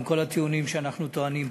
עם כל הטיעונים שאנחנו טוענים פה.